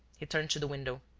he turned to the window.